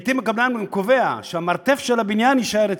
לעתים הקבלן גם קובע שהמרתף של הבניין יישאר אצלו,